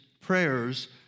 prayers